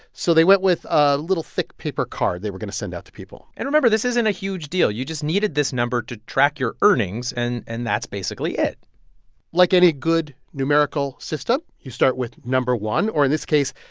so they went with a little thick paper card they were going to send out to people and remember, this isn't a huge deal. you just needed this number to track your earnings, and and that's basically it like any good numerical system, you start with no. one, or in this case,